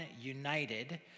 united